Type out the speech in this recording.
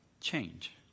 change